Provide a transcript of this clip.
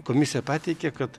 komisija pateikė kad